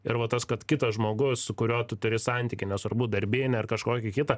ir va tas kad kitas žmogus su kuriuo tu turi santykį nesvarbu darbinį ar kažkokį kitą